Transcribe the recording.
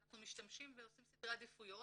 אנחנו משתמשים ועושים סדרי עדיפויות